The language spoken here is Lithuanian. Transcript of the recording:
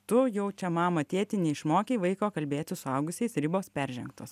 tu jau čia mama tėti neišmokei vaiko kalbėti suaugusiais ir ribos peržengtos